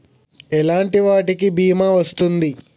ఎలాంటి వాటికి బీమా వస్తుంది?